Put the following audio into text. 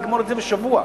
נגמור את זה בשבוע,